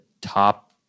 top